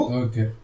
okay